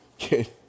Okay